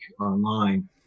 online